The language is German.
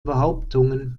behauptungen